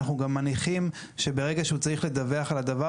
אנחנו גם מניחים שברגע שהוא צריך לדווח על הדבר